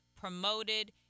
promoted